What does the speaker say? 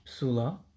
Psula